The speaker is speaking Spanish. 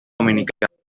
dominicana